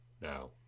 now